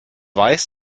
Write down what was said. weiß